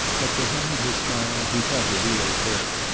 but' behind her smile he felt a real hurt.